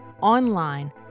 online